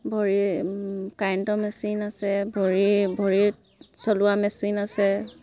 ভৰি কাৰেণ্টৰ মেচিন আছে ভৰি ভৰিত চলোৱা মেচিন আছে